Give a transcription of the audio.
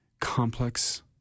Complex